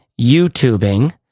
YouTubing